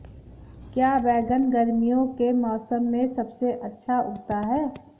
क्या बैगन गर्मियों के मौसम में सबसे अच्छा उगता है?